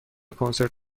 کنسرت